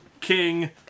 King